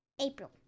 April